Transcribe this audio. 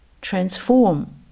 transform